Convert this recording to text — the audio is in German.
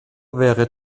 wäre